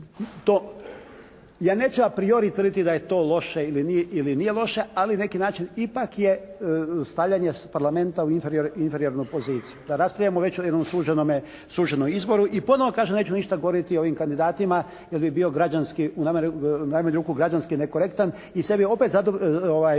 ja neću apriori tvrditi da je to loše ili nije loše, ali na neki način ipak je stavljanje Parlamenta u inferiornu poziciju. Da raspravljamo već u jednom suženome izboru. I ponovo kažem neću ništa govoriti o ovim kandidatima jer bi bio građanski, u najmanju ruku građanski nekorektan i sebi opet dopuštam